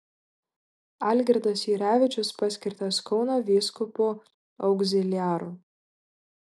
algirdas jurevičius paskirtas kauno vyskupu augziliaru